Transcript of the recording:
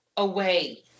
away